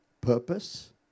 purpose